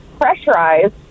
pressurized